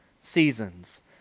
seasons